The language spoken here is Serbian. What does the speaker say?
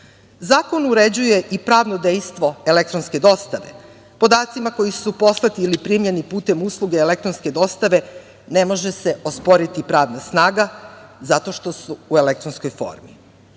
pečat. Zakon uređuje i pravno dejstvo elektronske dostave, podacima koji su poslati ili primljeni putem usluge elektronske dostave, ne može se osporiti pravna snaga, zato što su u elektronskoj formi. Ja